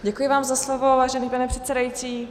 Děkuji vám za slovo, vážený pane předsedající.